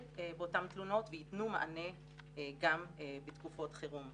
באותן תלונות ויתנו מענה גם בתקופות חירום,